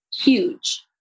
huge